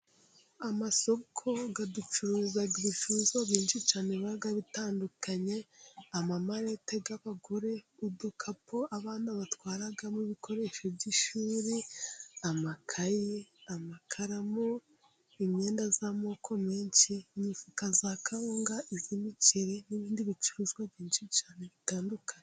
Amasoko aducuruza ibicuruzwa byinshi cyane biba bitandukanye. Amamarete y'abagore ,udukapu abana batwaramo ibikoresho by'ishuri ,amakayi ,amakaramu imyenda y'amoko menshi ,imifuka ya kawunga iy'imiceri n'ibindi bicuruzwa byinshi cyane bitandukanye.